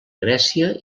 grècia